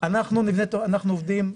אנחנו עובדים,